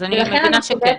אז אני מבינה שכן.